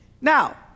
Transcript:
Now